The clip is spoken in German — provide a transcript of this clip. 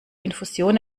infusion